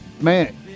man